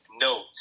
note